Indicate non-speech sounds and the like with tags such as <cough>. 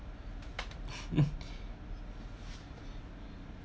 <laughs>